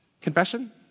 confession